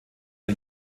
der